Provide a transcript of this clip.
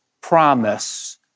promise